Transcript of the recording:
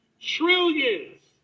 trillions